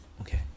Okay